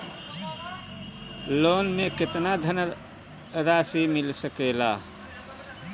Loan मे केतना धनराशी मिल सकेला?